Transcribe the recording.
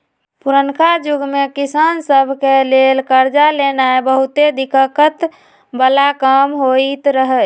पुरनका जुग में किसान सभ के लेल करजा लेनाइ बहुते दिक्कत् बला काम होइत रहै